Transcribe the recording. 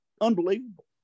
unbelievable